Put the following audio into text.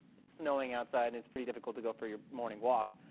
snowing outside and it's pretty difficult to go for your morning walk.